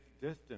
distance